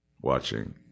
watching